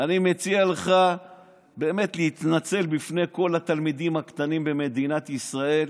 אני מציע לך להתנצל בפני כל התלמידים הקטנים במדינת ישראל,